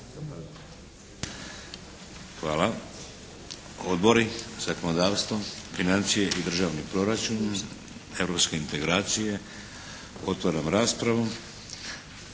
Hvala. Odbori za zakonodavstvo, financije i državni proračun, europske integracije? Otvaram raspravu.